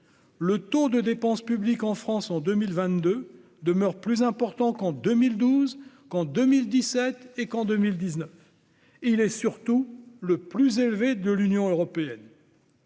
Le taux de dépense publique en France, en 2022, demeure plus important qu'en 2012, 2017 et 2019. Il est surtout le plus élevé de l'Union européenne.